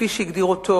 כפי שהגדיר אותו